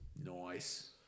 Nice